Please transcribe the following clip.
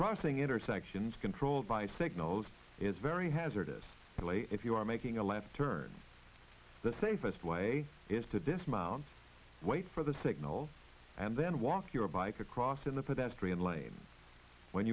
crossing intersections controlled by signals is very hazardous play if you are making a left turn the safest way is to this mt wait for the signal and then walk your bike across in the pedestrian lane when